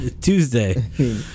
tuesday